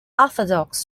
orthodox